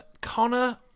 Connor